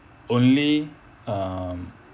only um